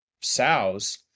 sows